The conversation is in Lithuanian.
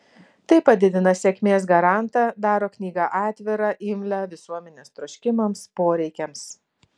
tai padidina sėkmės garantą daro knygą atvirą imlią visuomenės troškimams poreikiams